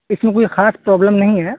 اس میں کوئی خاص پروبلم نہیں ہے